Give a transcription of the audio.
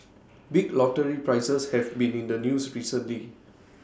big lottery prizes have been in the news recently